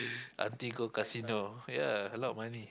auntie go casino yea a lot of money